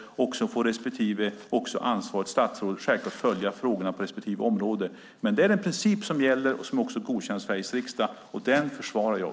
Sedan får ansvarigt statsråd självklart följa frågorna på respektive område. Det är den princip som gäller och som också är godkänd av Sveriges riksdag, och den försvarar jag.